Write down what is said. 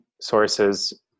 sources